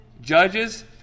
Judges